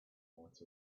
might